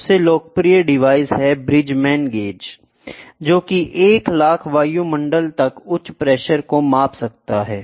सबसे लोकप्रिय डिवाइस है ब्रिजमैन गेज जो कि 1 लाख वायुमंडल तक उच्च प्रेशर को माप सकता है